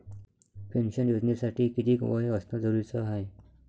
Pension योजनेसाठी कितीक वय असनं जरुरीच हाय?